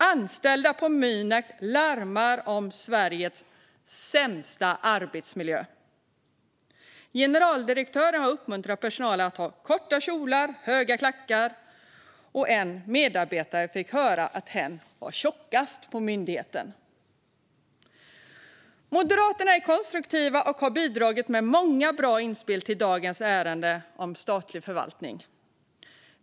Anställda på Mynak larmar om Sveriges sämsta arbetsmiljö. Generaldirektören har uppmuntrat personalen att ha korta kjolar och höga klackar. En medarbetare fick höra att hen var tjockast på myndigheten. Moderaterna är konstruktiva och har bidragit med många bra inspel till dagens ärende om statlig förvaltning.